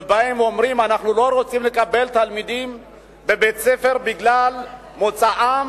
שבאים ואומרים: אנחנו לא רוצים לקבל תלמידים בבית-ספר בגלל מוצאם,